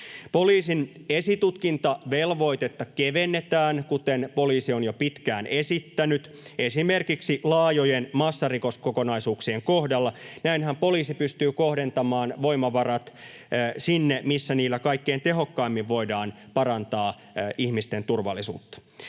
Poliisin esitutkintavelvoitetta kevennetään, kuten poliisi on jo pitkään esittänyt, esimerkiksi laajojen massarikoskokonaisuuksien kohdalla. Näin poliisi pystyy kohdentamaan voimavarat sinne, missä niillä kaikkein tehokkaimmin voidaan parantaa ihmisten turvallisuutta.